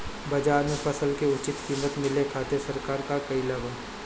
बाजार में फसल के उचित कीमत मिले खातिर सरकार का कईले बाऽ?